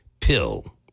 pill